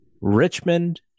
Richmond